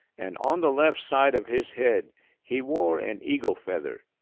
and on the left side of his head he wore an eagle feather,